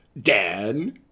Dan